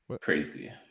crazy